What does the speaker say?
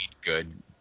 good